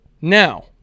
Now